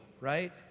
right